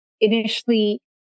initially